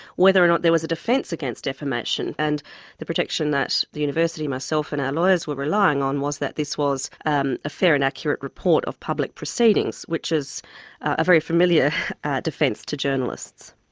whether or not there was a defence against defamation, and the protection that the university, myself and our lawyers were relying on was that this was and a fair and accurate report of public proceedings, which is a very familiar defence to journalists.